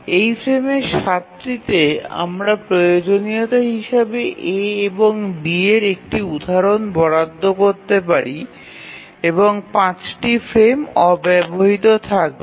এই ফ্রেমের ৭ টিতে আমরা প্রয়োজনীয়তা হিসাবে A বা B এর একটি উদাহরণ বরাদ্দ করতে পারি এবং ৫ টি ফ্রেম অব্যবহৃত থাকবে